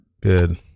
good